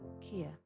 Kia